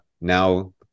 now